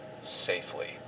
safely